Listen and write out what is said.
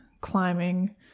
climbing